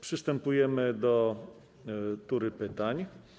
Przystępujemy do tury pytań.